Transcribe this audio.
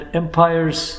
empires